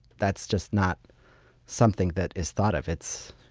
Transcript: that's just not something that is thought of. it's,